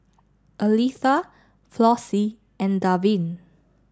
Aletha Flossie and Davin